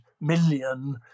million